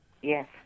Yes